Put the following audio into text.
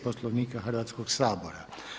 Poslovnika Hrvatskog sabora.